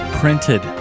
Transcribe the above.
printed